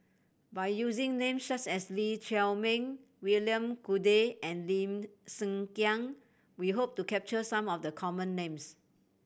by using names such as Lee Chiaw Meng William Goode and Lim Kiang we hope to capture some of the common names